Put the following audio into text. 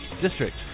district